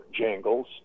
jingles